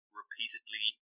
repeatedly